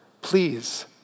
please